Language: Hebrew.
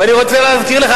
ואני רוצה להזכיר לך,